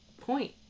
point